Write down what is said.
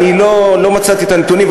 אני לא מצאתי את הנתונים,